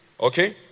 Okay